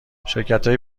شرکتای